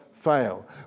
Fail